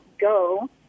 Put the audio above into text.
go